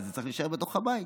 אבל זה צריך להישאר בתוך הבית.